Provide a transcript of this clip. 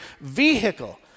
vehicle